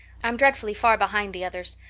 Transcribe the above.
i'm dreadfully far behind the others.